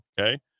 Okay